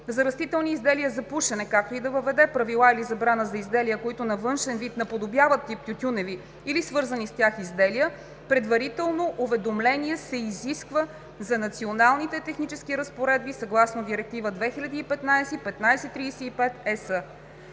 за растителни изделия за пушене, както и да въведе правила или забрана за изделия, които на външен вид наподобяват тип тютюневи или свързани с тях изделия. Предварително уведомление се изисква за националните технически разпоредби съгласно Директива 2015/1535/ЕС.“